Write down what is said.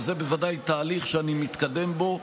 וזה בוודאי תהליך שאני מתקדם בו.